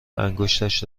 انگشتش